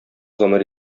гомер